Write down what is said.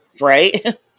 Right